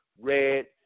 red